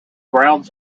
grounds